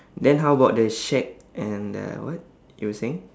then how about the shack and the what you were saying